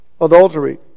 adultery